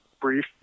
brief